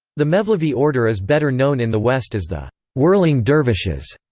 the mevlevi order is better known in the west as the whirling dervishes.